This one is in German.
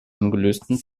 ungelösten